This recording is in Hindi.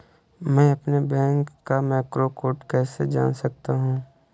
मैं अपने बैंक का मैक्रो कोड कैसे जान सकता हूँ?